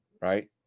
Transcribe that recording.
Right